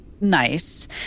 nice